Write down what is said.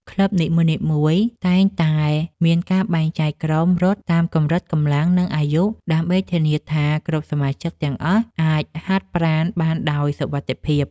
ក្លឹបនីមួយៗតែងតែមានការបែងចែកក្រុមរត់តាមកម្រិតកម្លាំង និងអាយុ ដើម្បីធានាថាគ្រប់សមាជិកទាំងអស់អាចហាត់ប្រាណបានដោយសុវត្ថិភាព។